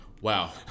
Wow